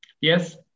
Yes